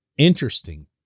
Interesting